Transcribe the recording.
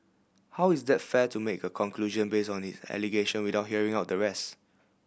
how is that fair to make a conclusion based on his allegation without hearing out the rest